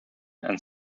and